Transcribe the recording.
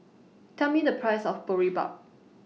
Tell Me The Price of Boribap